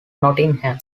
nottingham